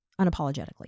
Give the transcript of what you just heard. Unapologetically